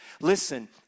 Listen